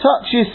touches